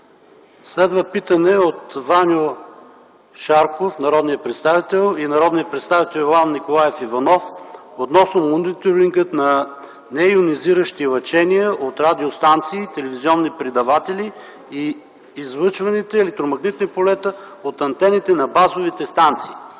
Следва питане от народния представител Ваньо Шарков и народния представител Иван Николаев Иванов относно мониторинга на нейонизиращи лъчения от радиостанции, телевизионни предаватели и излъчваните електромагнитни полета от антените на базовите станции.